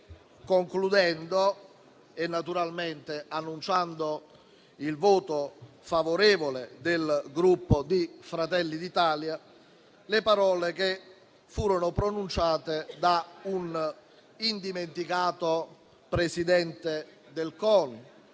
e a tutti, naturalmente annunciando il voto favorevole del Gruppo Fratelli d'Italia, le parole che furono pronunciate da un indimenticato presidente del CONI,